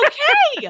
Okay